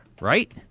right